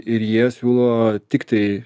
ir jie siūlo tiktai